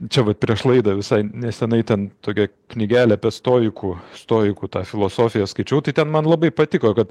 čia vat prieš laidą visai neseniai ten tokia knygelė apie stoikų stoikų tą filosofiją skaičiau tai ten man labai patiko kad